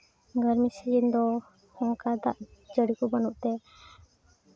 ᱜᱨᱟᱢᱤᱥᱤᱭᱟᱞ ᱫᱚ ᱚᱱᱠᱟ ᱫᱟᱜ ᱡᱟᱹᱲᱤ ᱠᱚ ᱵᱟᱹᱱᱩᱜ ᱛᱮ